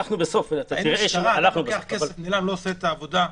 אדם לוקח את הכסף ולא עושה את העבודה?